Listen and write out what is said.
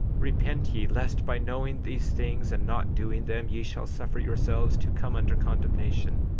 repent ye, lest by knowing these things and not doing them ye shall suffer yourselves to come under condemnation,